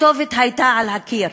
הכתובת הייתה על הקיר,